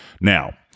Now